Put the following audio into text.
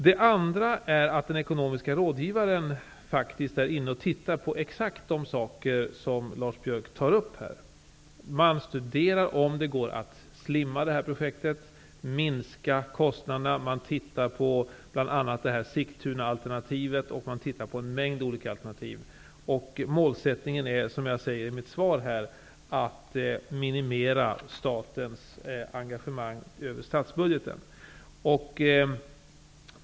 Det andra är att den ekonomiske rådgivaren faktiskt håller på att studera exakt de saker som Lars Biörck tar upp här. Man studerar om det går att slimma projektet, minska kostnaderna för det. Man ser på en mängd olika alternativ, bl.a. på Sigtunaalternativet. Målsättningen är, som jag sade i mitt svar, att minimera statens engagemang över statsbudgeten.